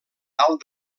dalt